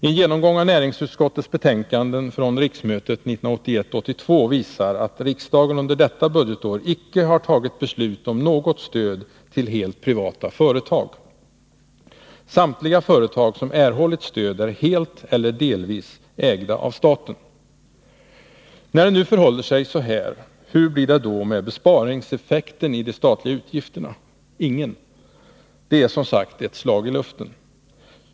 En genomgång av näringsutskottets betänkanden från riksmötet 1981/82 visar att riksdagen under detta budgetår icke har tagit beslut om något stöd till helt privata företag. Samtliga företag som erhållit stöd är helt eller delvis ägda av staten. När det nu förhåller sig så här, hur blir då besparingseffekten i de statliga utgifterna? Ingen! Det är som sagt ett slag i luften.